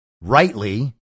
rightly